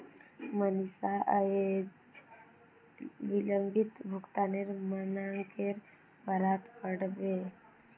मनीषा अयेज विलंबित भुगतानेर मनाक्केर बारेत पढ़बे